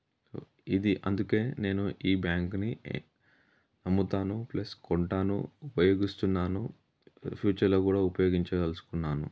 ఇది అందుకే నేను ఈ బ్యాంక్ని నమ్ముతాను ప్లస్ కొంటాను ఉపయోగిస్తున్నాను ఫ్యూచర్లో కూడా ఉపయోగించదల్చుకున్నాను